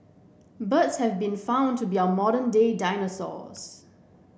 birds have been found to be our modern day dinosaurs